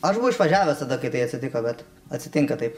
aš buvau išvažiavęs tada kai tai atsitiko bet atsitinka taip